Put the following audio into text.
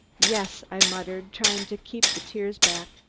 yes, i muttered, trying to keep the tears back,